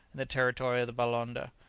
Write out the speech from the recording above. the territory of the balonda,